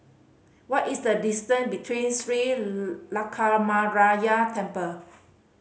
what is the distance between Sri Lankaramaya Temple